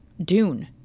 Dune